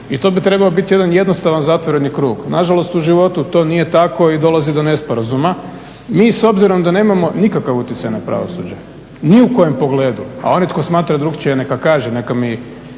i to bi trebao biti jedan jednostavan zatvoreni krug. Na žalost, u životu to nije tako i dolazi do nesporazuma. Mi s obzirom da nemamo nikakav utjecaj na pravosuđe ni u kojem pogledu, a onaj tko smatra drukčije neka kaže, neka mi